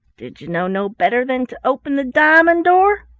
did you know no better than to open the diamond door?